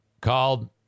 called